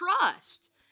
trust